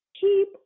Keep